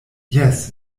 jes